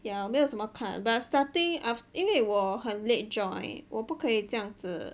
ya 没有什么看 but starting 因为我很 late join 我不可以这样子